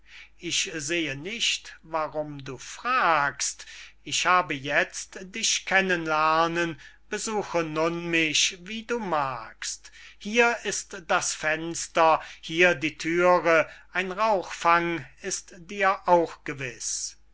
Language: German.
ich sehe nicht warum du fragst ich habe jetzt dich kennen lernen besuche nun mich wie du magst hier ist das fenster hier die thüre ein rauchfang ist dir auch gewiß